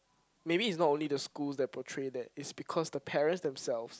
maybe is not only the school that portray that it's because the parents themselves